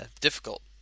difficult